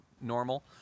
normal